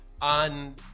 on